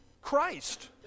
Christ